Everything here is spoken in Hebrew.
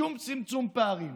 שום צמצום פערים.